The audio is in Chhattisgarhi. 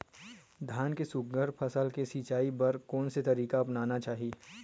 धान के सुघ्घर फसल के सिचाई बर कोन से तरीका अपनाना चाहि?